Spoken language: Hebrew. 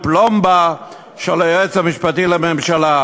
עם פלומבה של היועץ המשפטי לממשלה.